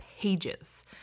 pages